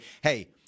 hey